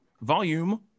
volume